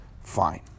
Fine